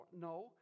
No